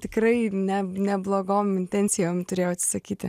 tikrai ne neblogom intencijom turėjau atsisakyti